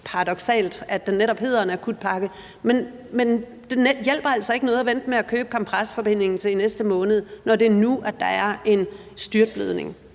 paradoksalt, at det netop hedder en akutpakke. Men det hjælper altså ikke noget at vente med at købe kompresforbindingen til i næste måned, når det er nu, der er en styrtblødning;